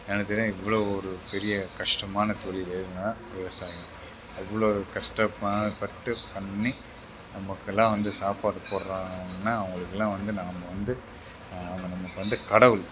எனக்கு தெரியும் இவ்வளோ ஒரு பெரிய கஷ்டமான தொழிலுனா விவசாயம் இவ்வளோ ஒரு கஷ்டமாப்பட்டு பண்ணி நமக்கெல்லாம் வந்து சாப்பாடு போடுகிறாங்கனா அவங்களுக்கெல்லாம் வந்து நாம் வந்து அவங்க நம்மளுக்கு வந்து கடவுள்